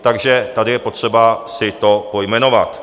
Takže tady je potřeba si to pojmenovat.